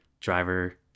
driver